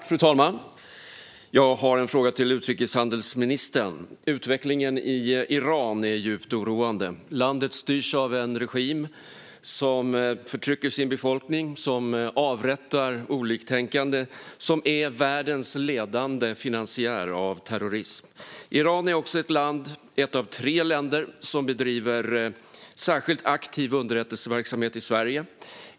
Fru talman! Jag har en fråga till utrikeshandelsministern. Utvecklingen i Iran är djupt oroande. Landet styrs av en regim som förtrycker sin befolkning och avrättar oliktänkande och som är världens ledande finansiär av terrorism. Iran är också ett land - ett av tre länder - som bedriver särskilt aktiv underrättelseverksamhet i Sverige.